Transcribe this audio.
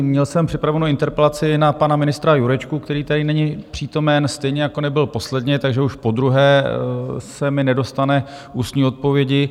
Měl jsem připravenu interpelaci na pana ministra Jurečku, který tady není přítomen, stejně jako nebyl posledně, takže už podruhé se mi nedostane ústní odpovědi.